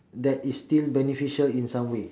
that is still beneficial in some way